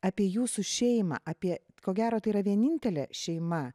apie jūsų šeimą apie ko gero tai yra vienintelė šeima